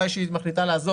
מתי שהיא מחליטה לעזוב,